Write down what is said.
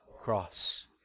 Cross